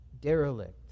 derelict